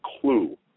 clue